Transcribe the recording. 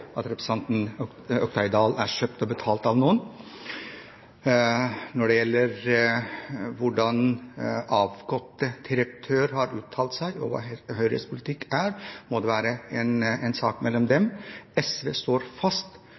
at representanten Oktay Dahl er kjøpt og betalt av noen. Når det gjelder hvordan avgått direktør har uttalt seg og hva Høyres politikk er, må det være en sak mellom dem. SV står fast